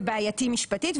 זה בעייתי משפטית,